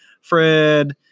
fred